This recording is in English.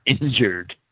injured